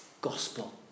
gospel